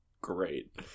Great